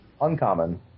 Uncommon